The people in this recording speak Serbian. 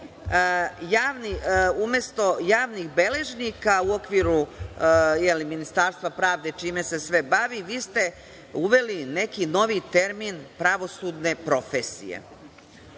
Umesto – javnih beležnika, u okviru Ministarstva pravde, čime se sve bavi, vi ste uveli neki novi termin – pravosudne profesije.